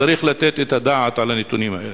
צריך לתת את הדעת על הנתונים האלה.